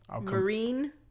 Marine